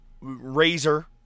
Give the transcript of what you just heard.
Razor